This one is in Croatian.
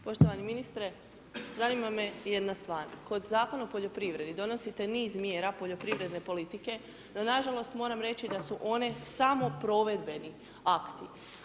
Poštovani ministre, zanima me jedna stvar, kod Zakona o poljoprivredi donosite niz mjera poljoprivredne politike, no nažalost moram reći da su one samo provedbeni akti.